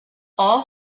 all